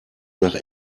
nach